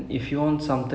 oh okay